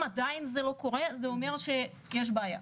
אם עדיין זה לא קורה, זה אומר שיש בעיה.